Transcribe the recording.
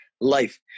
life